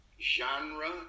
genre